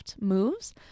moves